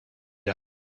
die